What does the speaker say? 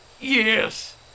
Yes